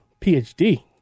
PhD